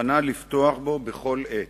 מוכנה לפתוח בו בכל עת.